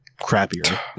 crappier